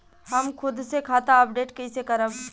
हम खुद से खाता अपडेट कइसे करब?